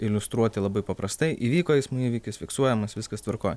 iliustruoti labai paprastai įvyko eismo įvykis fiksuojamas viskas tvarkoj